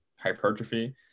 hypertrophy